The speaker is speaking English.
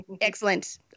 Excellent